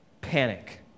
Panic